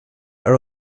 are